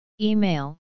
Email